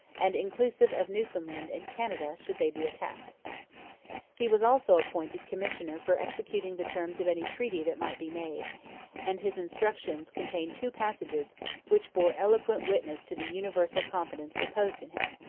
and inclusive of newfoundland and canada should they be attacked he was also appointed commissioner for executing the terms of any treaty that might be made and his instructions contained two passages which bore eloquent witness to the universal confidence reposed in him.